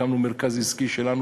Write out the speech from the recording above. הקמנו מרכז עסקי שלנו,